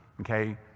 okay